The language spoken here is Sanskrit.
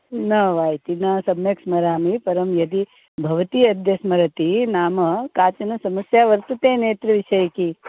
न वा इति न सम्यक् स्मरामि परं यदि भवती अद्य स्मरति नाम काचन समस्या वर्तते नेत्रविषयिकी